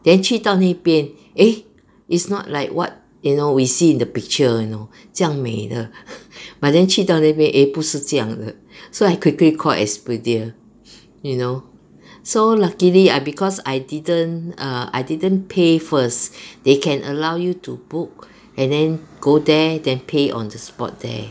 then 去到那边 eh it's not like what you know we see in the picture you know 这样美的 but then 去到那边 eh 不是这样子 so I quickly called Expedia you know so luckily I because I didn't err I didn't pay first they can allow you to book and then go there then pay on the spot there